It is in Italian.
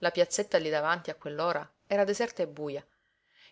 la piazzetta lí davanti a quell'ora era deserta e buja